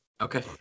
Okay